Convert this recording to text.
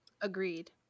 Agreed